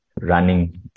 running